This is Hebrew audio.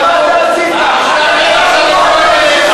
איזו מין פוליטיקה רדודה זאת, פופוליסט.